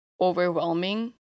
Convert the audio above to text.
overwhelming